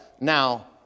Now